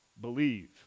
Believe